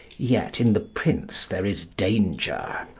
yet in the prince there is danger.